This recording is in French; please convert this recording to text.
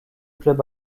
club